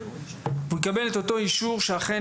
הוא יקבל את אותו אישור שאכן,